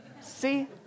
See